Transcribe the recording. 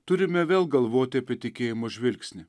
turime vėl galvoti apie tikėjimo žvilgsnį